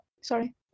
sorry